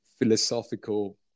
philosophical